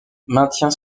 maintient